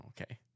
okay